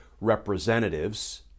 representatives